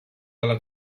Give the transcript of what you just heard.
dalla